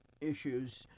issues